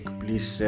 please